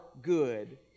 good